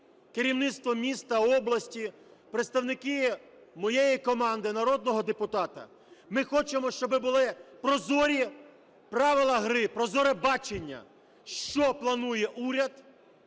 керівництво міста, області, представники моєї команди, народного депутата, ми хочемо, щоб були прозорі правила гри, прозоре бачення, що планує уряд